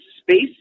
space